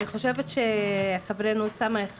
אני חושבת שחברינו אוסאמה,